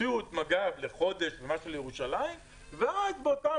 הוציאו את מג"ב לחודש בירושלים ואז באותם